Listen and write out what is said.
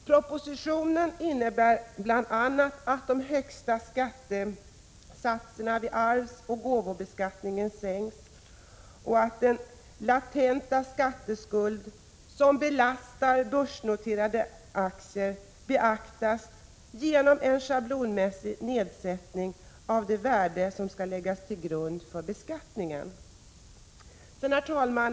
Propositionen innebär bl.a. att de högsta skattesatserna vid arvsoch gåvobeskattningen sänks och att den latenta skatteskuld som belastar börsnoterade aktier beaktas genom en schablonmässig nedsättning av det värde som skall läggas till grund för beskattningen. Herr talman!